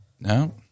No